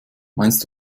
meinst